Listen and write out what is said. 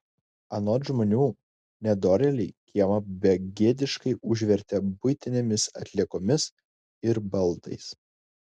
anot žmonių nedorėliai kiemą begėdiškai užvertė buitinėmis atliekomis ir baldais